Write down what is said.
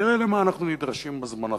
תראה למה אנחנו נדרשים בזמן האחרון.